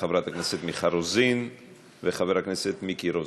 את חברת הכנסת מיכל רוזין ואת חבר הכנסת מיקי רוזנטל.